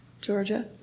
Georgia